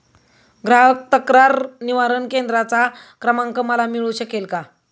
ग्राहक तक्रार निवारण केंद्राचा क्रमांक मला मिळू शकेल का?